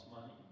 money